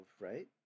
right